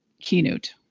keynote